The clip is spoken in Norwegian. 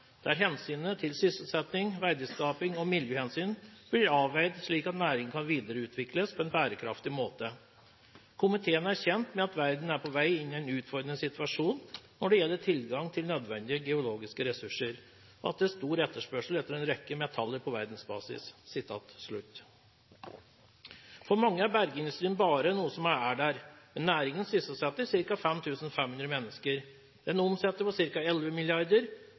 der hensynene til sysselsetting, verdiskaping og miljøhensyn til avveid slik at næringa kan videreutvikles på en bærekraftig måte. Komiteen er kjent med at verden er på vei inn i en utfordrende situasjon når det gjelder tilgang til nødvendige geologiske ressurser, og at det er stor etterspørsel etter en rekke metaller på verdensbasis.» For mange er bergindustrien bare noe som er der, men næringen sysselsetter ca. 5 500 mennesker. Den omsetter